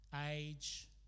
age